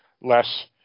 less